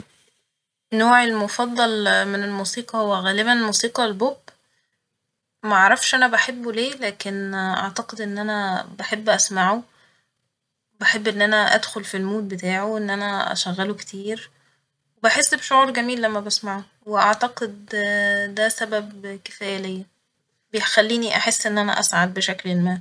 نوعي المفضل من الموسيقى هو غالبا موسيقى البوب ، معرفش أنا بحبه ليه لكن أعتقد إن أنا بحب أسمعه بحب إن أنا أدخل في المود بتاعه إن أنا أشغله كتير وبحس بشعور جميل لما بسمعه وأعتقد ده سبب كفاية ليا ، بيخليني أحس إن أنا أسعد بشكل ما